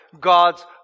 God's